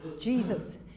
Jesus